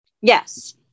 Yes